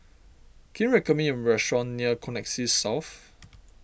can you recommend me a restaurant near Connexis South